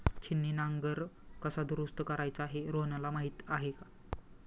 छिन्नी नांगर कसा दुरुस्त करायचा हे रोहनला माहीत आहे